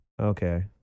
Okay